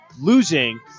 losing